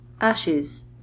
ashes